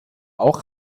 auch